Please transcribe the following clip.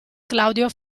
claudio